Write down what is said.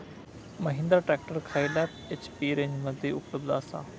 Mahindra tractor खयल्या HP रेंजमध्ये उपलब्ध आसा?